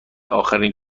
اخرین